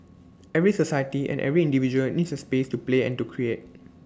every society and every individual needs A space to play and to create